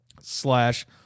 slash